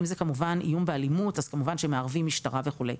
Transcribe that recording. אם זה כמובן איום באלימות אז כמובן שמערבים משטרה וכולי.